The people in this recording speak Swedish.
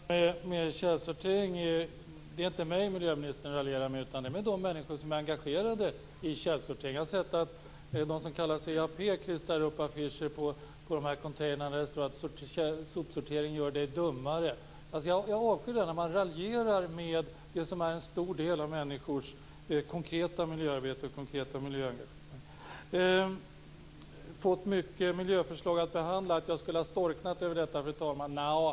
Fru talman! När det gäller källsortering är det inte mig som miljöministern raljerar med utan det är med de människor som är engagerade i det. Jag har sett att den organisation som kallar sig EAP klistrar upp affischer på containrar där det står: Sopsortering för dig dummare. Jag avskyr när man raljerar med människors konkreta miljöarbete och konkreta miljöengagemang. Miljöministern antydde att jag skulle ha storknat över att ha fått så många miljöförslag att behandla.